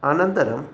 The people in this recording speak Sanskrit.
अनन्तरम्